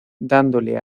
dándole